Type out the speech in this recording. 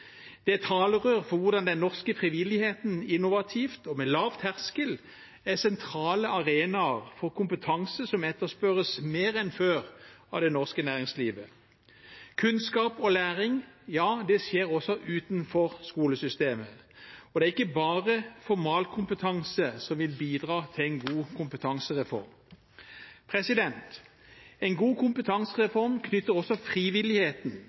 et talerør for hvordan den norske frivilligheten innovativt og med lav terskel er sentrale arenaer for kompetanse som etterspørres mer enn før av det norske næringslivet. Kunnskap og læring – ja, det skjer også utenfor skolesystemet. Det er ikke bare formalkompetanse som vil bidra til en god kompetansereform. En god kompetansereform knytter også frivilligheten,